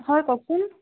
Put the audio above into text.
হয় কওকচোন